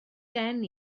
gen